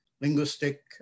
linguistic